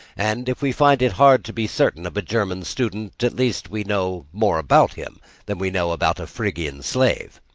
and if we find it hard to be certain of a german student, at least we know more about him than we know about a phrygian slave.